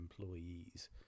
employees